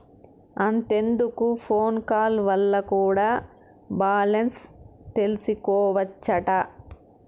అంతెందుకు phone call వల్ల కూడా బాలెన్స్ తెల్సికోవచ్చట